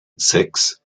sechs